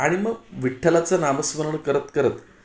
आणि मग विठ्ठलाचं नामस्मरण करत करत